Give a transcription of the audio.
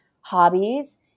hobbies